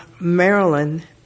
Maryland